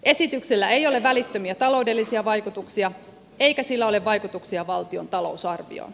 esityksellä ei ole välittömiä taloudellisia vaikutuksia eikä sillä ole vaikutuksia valtion talousarvioon